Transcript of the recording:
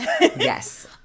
Yes